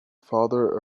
father